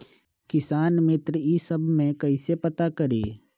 किसान मित्र ई सब मे कईसे पता करी?